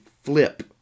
flip